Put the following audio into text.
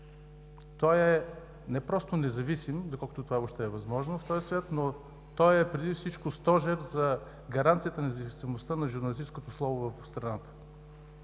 Той е не просто независим, доколкото това въобще е възможно в този свят, но той е преди всичко стожер за гаранцията на независимостта на журналистическото слово в страната.